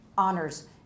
honors